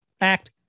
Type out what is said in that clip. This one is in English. act